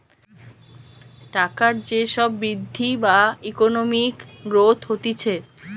টাকার যে সব বৃদ্ধি বা ইকোনমিক গ্রোথ হতিছে